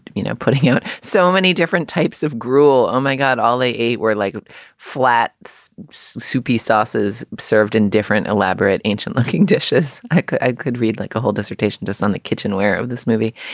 you know, putting out so many different types of gruel. oh, my god. all eight were like flats. soupy sasse's served in different elaborate ancient looking dishes. i could read like a whole dissertation just on the kitchenware of this movie.